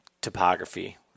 topography